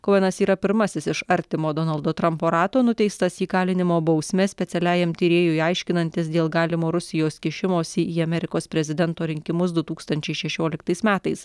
kouenas yra pirmasis iš artimo donaldo trampo rato nuteistas įkalinimo bausme specialiajam tyrėjui aiškinantis dėl galimo rusijos kišimosi į amerikos prezidento rinkimus du tūkstančiai šešioliktais metais